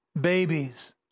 babies